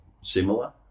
similar